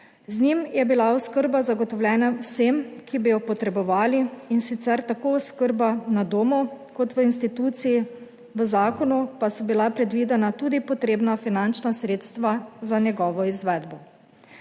Z njim je bila oskrba zagotovljena vsem, ki bi jo potrebovali, in sicer tako oskrba na domu kot v instituciji, v zakonu pa so bila predvidena tudi potrebna finančna sredstva za njegovo izvedbo.